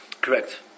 Correct